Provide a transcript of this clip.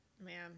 Man